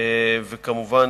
וכמובן,